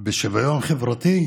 בשוויון חברתי,